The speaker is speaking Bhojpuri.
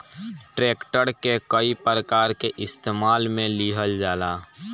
ट्रैक्टर के कई प्रकार के इस्तेमाल मे लिहल जाला